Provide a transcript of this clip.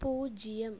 பூஜ்ஜியம்